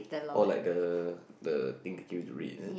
oh like the the thing they give you to read is it